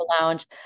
lounge